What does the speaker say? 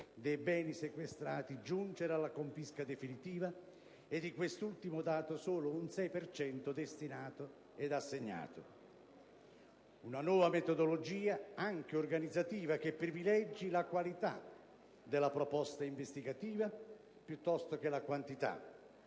dei beni sequestrati giunge alla confisca definitiva e, di quest'ultimo dato, solo il 6 per cento è destinato ed assegnato. Si auspica una nuova metodologia, anche organizzativa, che privilegi la qualità della proposta investigativa piuttosto che la quantità,